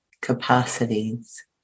capacities